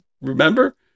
Remember